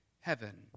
heaven